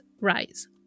rise